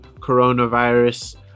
coronavirus